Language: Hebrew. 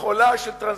מכולה של טרנזיסטורים,